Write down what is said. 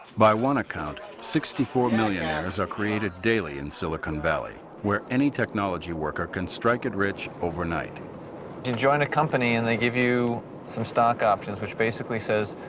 by one account, sixty four millionaires are created daily in sillicon valley where any technology worker can striking rich over night. you join a company and they give you some stock options which basically says,